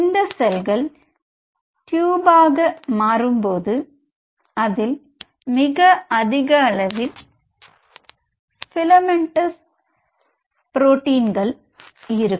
இந்த செல்கள் டியூப் அகா மாறும்போது அதில் மிக அதிக அளவில் பிலமெண்டஸ் புரோடீன்கள் இருக்கும்